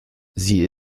sie